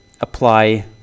apply